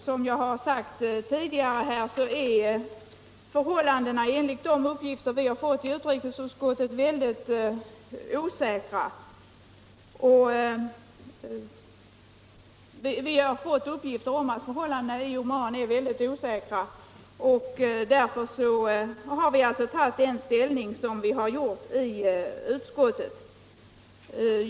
Som jag tidigare har sagt har vi i utrikesutskottet fått uppgifter om att förhållandena i Oman är mycket osäkra, och därför har vi tagit ställning på det sätt vi gjort.